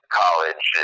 college